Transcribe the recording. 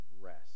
rest